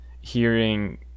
hearing